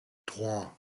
trois